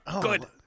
Good